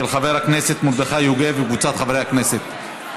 של חבר הכנסת מרדכי יוגב וקבוצת חברי הכנסת.